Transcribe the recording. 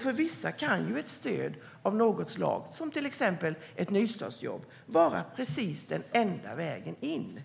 För vissa kan ett stöd av något slag, till exempel ett nystartsjobb, vara precis den enda vägen in.